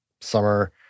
summer